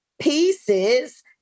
pieces